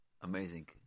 amazing